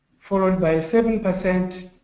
followed by seven percent,